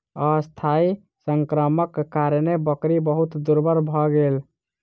अस्थायी संक्रमणक कारणेँ बकरी बहुत दुर्बल भ गेल